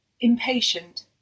Impatient